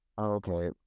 Okay